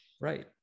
Right